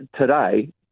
today